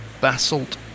basalt